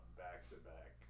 back-to-back